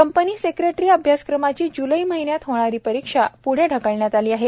company secretary अभ्यासक्रमाची ज्लै महिन्यात होणारी परीक्षा प्ढे ढकलण्यात आली आहे